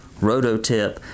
rototip